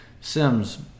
Sims